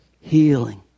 Healing